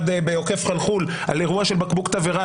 בעוקף חלחול על אירוע של בקבוק תבערה,